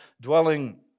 dwelling